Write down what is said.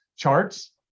charts